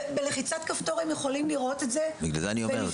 בלחיצת כפתור הם יכולים לראות את זה --- בגלל זה אני אומר,